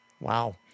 Wow